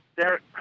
Derek